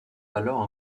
alors